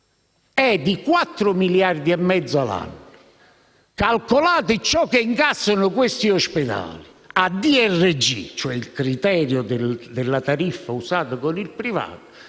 quattro miliardi e mezzo l'anno. Calcolate ciò che incassano quegli ospedali. Il DRG, cioè il criterio della tariffa usata con il privato,